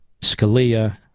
Scalia